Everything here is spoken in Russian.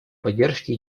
поддержки